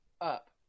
up